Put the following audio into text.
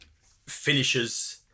finishes